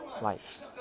life